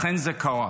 לכן זה קרה.